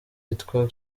yitwa